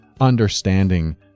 understanding